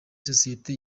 sosiyete